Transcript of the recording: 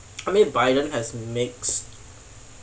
i mean biden has mixed